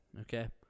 Okay